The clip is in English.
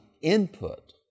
input